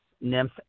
nymph